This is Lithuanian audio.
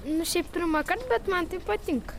nu šiaip pirmąkart bet man tai patinka